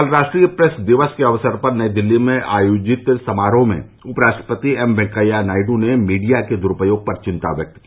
कल राष्ट्रीय प्रेस दिवस के अवसर पर नई दिल्ली में आयोजित समारोह में उपराष्ट्रपति एम वेंकैया नायडू ने मीडिया के द्रूपयोग पर चिंता प्रकट की